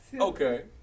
Okay